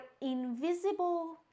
invisible